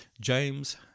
James